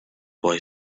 boy